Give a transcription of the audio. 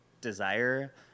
desire